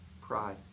pride